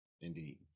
Indeed